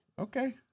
okay